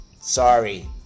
Sorry